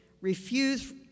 refuse